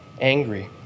angry